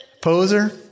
Poser